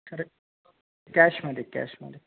खरं आहे कॅशमध्ये कॅशमध्ये